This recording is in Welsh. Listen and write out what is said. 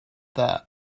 dda